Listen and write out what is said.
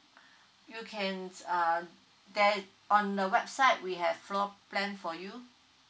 you can uh there on the website we have floor plan for you